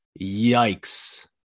yikes